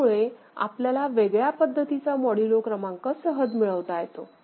त्यामुळे आपल्याला वेगळ्या पद्धतीचा मॉड्यूलो क्रमांक सहज मिळवता येतो